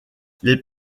les